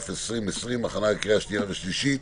התש"ף-2020, הכנה לקריאה שנייה ושלישית.